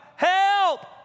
Help